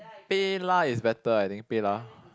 PayLah is better I think PayLah